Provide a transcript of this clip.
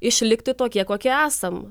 išlikti tokie kokie esam